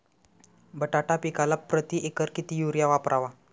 बटाटा पिकाला प्रती एकर किती युरिया वापरावा?